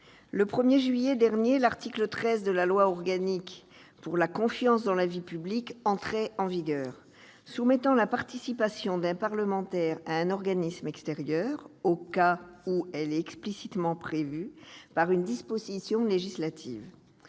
le 1 juillet dernier, l'article 13 de la loi organique pour la confiance dans la vie politique entrait en vigueur, limitant la participation d'un parlementaire à un organisme extérieur aux cas où elle est explicitement prévue par une disposition législative.